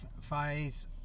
phase